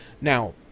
Now